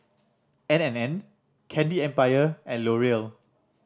N and N Candy Empire and L'Oreal